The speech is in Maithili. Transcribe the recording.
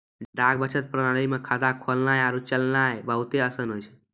डाक बचत प्रणाली मे खाता खोलनाय आरु चलैनाय बहुते असान होय छै